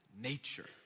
nature